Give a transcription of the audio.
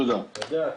תודה.